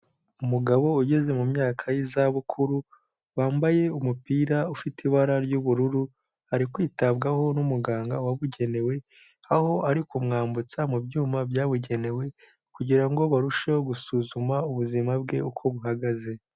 Umugabo ugeze mu myaka y'izabukuru, wambaye umupira ufite ibara ry'ubururu, ari kwitabwaho n'umuganga wabugenewe; aho ari kumwambutsa mu byuma byabugenewe, kugira ngo barusheho gusuzuma ubuzima bwe uko buhagaze.